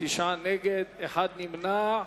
תשעה נגד, אחד נמנע.